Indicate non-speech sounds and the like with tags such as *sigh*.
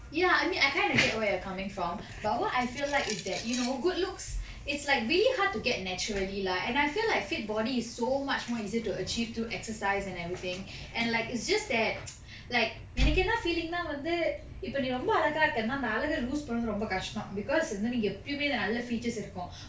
ya I mean I kind of get what you are coming from but what I feel like is that you know good looks it's like really hard to get naturally lah and I feel like fit body is so much more easier to achieve do exercise and everything and like it's just that *noise* like எனக்கு என்ன:enakku enna feeling னா வந்து இப்ப நீ ரொம்ப அழகா இருக்கேனா அந்த அழகு:na vanthu ippa nee romba alaka irukkena antha alaku loose பண்றது ரொம்ப கஸ்டம்:panrathu romba kastam because வந்து நீங்க எப்பயுமே இந்த நல்ல:vanthu neenga eppayume intha nalla features இருக்கும்:irukkum